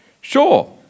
Sure